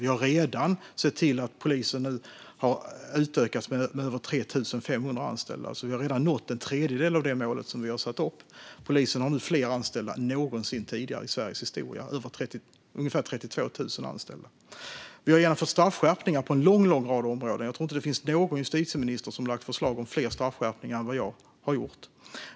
Vi har redan sett till att polisen nu har utökats med över 3 500 anställda, så vi har redan nått en tredjedel av det mål som vi har satt upp. Polisen har nu fler anställda än någonsin tidigare i Sveriges historia - ungefär 32 000 anställda. Vi har genomfört straffskärpningar på en lång rad områden. Jag tror inte att det finns någon justitieminister som har lagt fram förslag om fler straffskärpningar än vad jag har gjort.